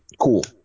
cool